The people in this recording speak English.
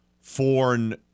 foreign